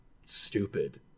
stupid